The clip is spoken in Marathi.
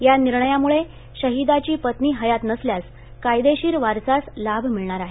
या निर्णयामुळे शहिदाची पत्नी हयात नसल्यास कायदेशीर वारसास लाभ मिळणार आहे